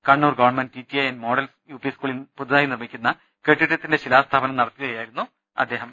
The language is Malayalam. Kannur government TTI and model UP സ്കൂളിൽ പുതുതായി നിർമ്മിക്കുന്ന കെട്ടിടത്തിന്റെ ശിലാസ്ഥാപനം നടത്തി സംസാരിക്കുകയായിരുന്നു അദ്ദേഹം